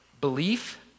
belief